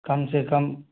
कम से कम